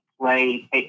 play